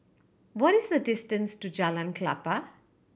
what is the distance to Jalan Klapa